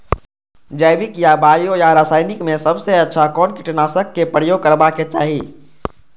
जैविक या बायो या रासायनिक में सबसँ अच्छा कोन कीटनाशक क प्रयोग करबाक चाही?